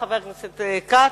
חבר הכנסת כץ.